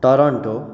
Toronto